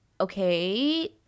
okay